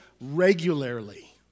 regularly